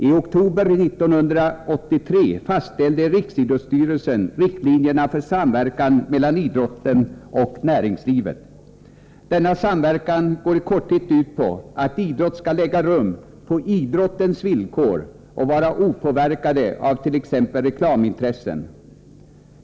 I oktober 1983 fastställde Riksidrottsstyrelsen riktlinjerna för samverkan mellan idrottsrörelsen och näringslivet. Denna samverkan går i korthet ut på att idrott skall äga rum på idrottens villkor och vara opåverkad avt.ex. reklamintressen.